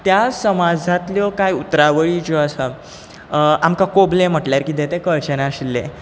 त्या समाजांतल्यो कांय उतरावळी ज्यो आसा आमकां कोबलें म्हटल्यार कितें तें कळचें नाशिल्लें